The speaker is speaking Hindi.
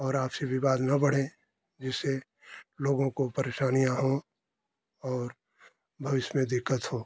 और आपसी विवाद न बढ़े जिससे लोगों को परेशानियाँ हों और भविष्य में दिक्कत हो